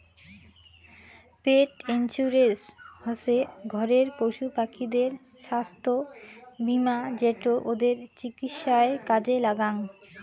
পেট insurance হসে ঘরের পশুপাখিদের ছাস্থ্য বীমা যেটো ওদের চিকিৎসায় কাজে লাগ্যাং